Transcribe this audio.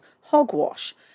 hogwash